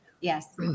Yes